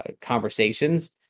conversations